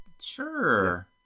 sure